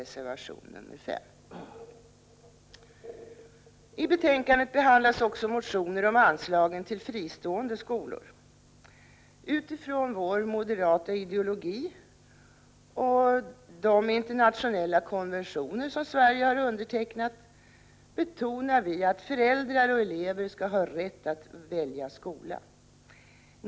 I betänkandet behandlas också motioner om anslagen till fristående skolor. Utifrån vår moderata ideologi och de internationella konventioner som Sverige undertecknat betonar vi att föräldrar och elever skall ha rätt att välja skola.